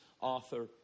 author